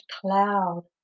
cloud